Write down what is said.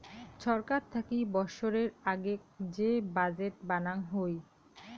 ছরকার থাকি বৎসরের আগেক যে বাজেট বানাং হই